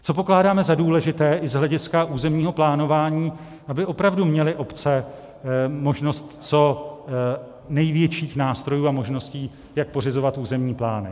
Co pokládáme za důležité i z hlediska územního plánování, aby opravdu měly obce možnost co největších nástrojů a možností, jak pořizovat územní plány.